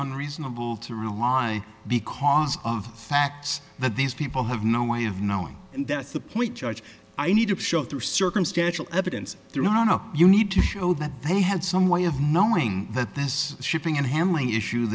unreasonable to rely because of the fact that these people have no way of knowing and that's the point judge i need to show through circumstantial evidence through no you need to show that they had some way of knowing that this shipping and handling issue